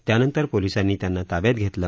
त्यानंतर पोलीसांनी त्यांना ताब्यात घेतलं